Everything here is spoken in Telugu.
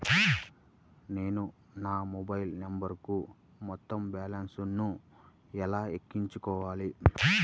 నేను నా మొబైల్ నంబరుకు మొత్తం బాలన్స్ ను ఎలా ఎక్కించుకోవాలి?